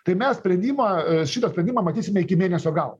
tai mes sprendimą šitą sprendimą matysime iki mėnesio galo